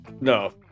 No